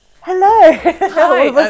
hello